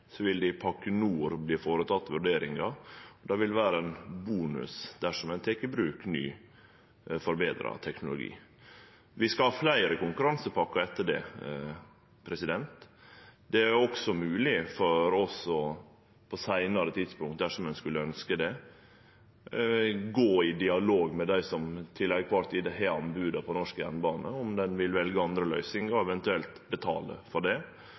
vil det i Pakke nord verte føreteke vurderingar som vil vere bonus dersom ein tek i bruk ny, betre teknologi. Vi skal ha fleire konkurransepakkar etter det. Det er også mogeleg for oss, på eit seinare tidspunkt dersom ein skulle ønskje det, å gå i dialog med dei som til ei kvar tid har anboda på norsk jernbane, om dei vil velje andre løysingar, eller eventuelt betale for dei. Det